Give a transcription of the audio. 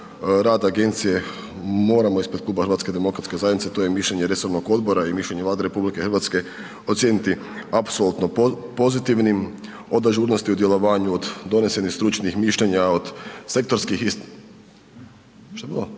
rad agencije moramo ispred kluba HDZ-a, to je mišljenje odbora i mišljenje Vlade RH ocijeniti apsolutno pozitivnim od ažurnosti u djelovanju, od donesenih stručnih mišljenja, od sektorskih istraživanja, od